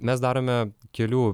mes darome kelių